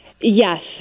Yes